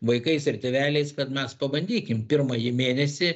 vaikais ir tėveliais kad mes pabandykim pirmąjį mėnesį